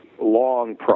long